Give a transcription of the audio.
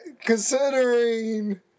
considering